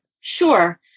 Sure